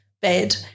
bed